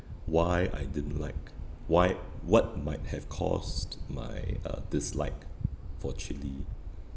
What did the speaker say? why I didn't like why what might have caused my uh dislike for chilli